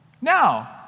Now